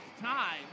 time